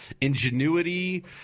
ingenuity